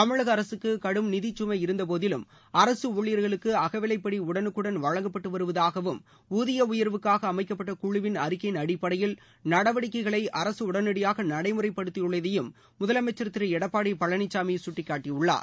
தமிழக அரசுக்கு கடும் நிதிக்கமை இருந்த போதிலும் அரசு ஊழியர்களுக்கு அகவிவைப்படி உடனுக்குடன் வழங்கப்பட்டு வருவதாகவும் ஊதிய உயர்வுக்காக அமைக்கப்பட்ட குழுவின் அறிக்கையின் அடிப்படையில் நடவடிக்கைகளை அரசு உடனடியாக நடைமுறைப்படுத்தியுள்ளதையும் முதலமைச்சர் திரு எடப்பாடி பழனிசாமி சுட்டிக்காட்டியுள்ளார்